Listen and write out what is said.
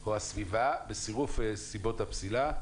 או הסביבה, בצירוף סיבות הפסילה.